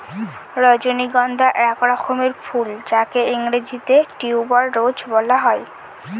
রজনীগন্ধা এক রকমের ফুল যাকে ইংরেজিতে টিউবার রোজ বলা হয়